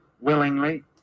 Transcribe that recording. willingly